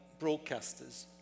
broadcasters